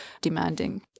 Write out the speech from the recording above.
demanding